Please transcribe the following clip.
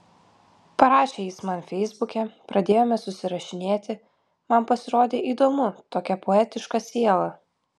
parašė jis man feisbuke pradėjome susirašinėti man pasirodė įdomu tokia poetiška siela